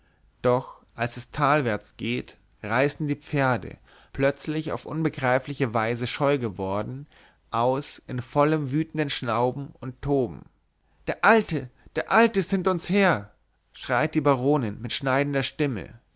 doch als es talabwärts geht reißen die pferde plötzlich auf unbegreifliche weise scheu geworden aus in vollem wütenden schnauben und toben der alte der alte ist hinter uns her schreit die baronin auf mit schneidender stimme